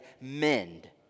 mend